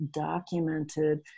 documented